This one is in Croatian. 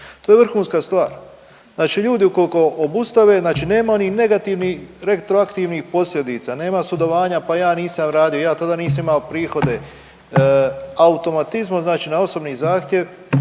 To je vrhunska stvar. Znači ljudi ukoliko obustave, znači nema onih negativnih retroaktivnih posljedica, nema sudovanja, pa ja nisam radio, ja tada nisam imamo prihode, automatizmom znači na osobni zahtjev